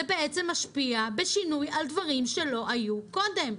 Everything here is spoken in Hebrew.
זה בעצם משפיע בשינוי על דברים שלא היו קודם.